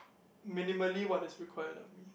minimally what is required of me